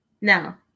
Now